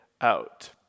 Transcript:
out